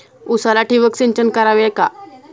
उसाला ठिबक सिंचन करावे का?